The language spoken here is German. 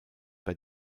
bei